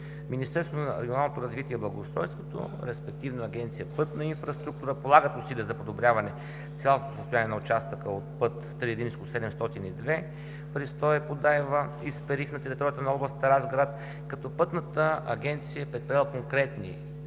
Министерство на регионалното развитие и благоустройството, респективно Агенция „Пътна инфраструктура“, полагат усилия за подобряване цялостното състояние на участъка от път III-702 Пристое – Подайва – Исперих на територията на област Разград, като Пътната агенция е предприела конкретни